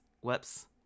Whoops